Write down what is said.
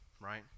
right